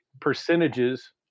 percentages